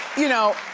you know,